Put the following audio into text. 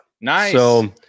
Nice